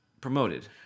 promoted